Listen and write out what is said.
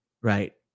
Right